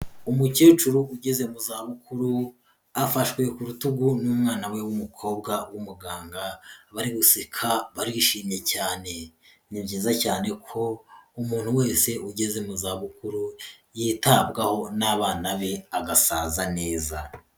Umukecuru ugeze mu zabukuru, afashwe ku rutugu n'umwana we w'umukobwa w'umuganga, bari guseka barishimye cyane. Ni byiza cyane ko umuntu wese ugeze mu zabukuru, yitabwaho n'abana be agasaza neza.